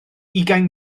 ugain